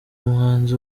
muhanzi